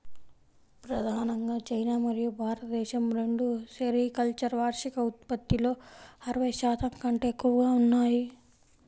ప్రధానంగా చైనా మరియు భారతదేశం రెండూ సెరికల్చర్ వార్షిక ఉత్పత్తిలో అరవై శాతం కంటే ఎక్కువగా ఉన్నాయి